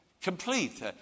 complete